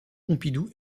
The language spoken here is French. pompidou